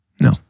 No